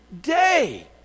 day